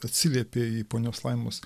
atsiliepė į ponios laimos